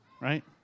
right